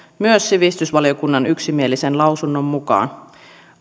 myös sivistysvaliokunnan yksimielisen lausunnon mukaan